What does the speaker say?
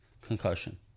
concussion